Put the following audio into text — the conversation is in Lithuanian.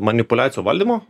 manipuliacijų valdymo